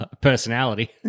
personality